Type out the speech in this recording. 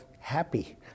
happy